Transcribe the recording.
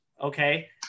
okay